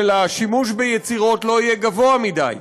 של השימוש ביצירות לא יהיה גבוה מדי.